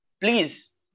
please